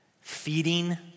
feeding